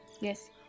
yes